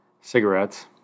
Cigarettes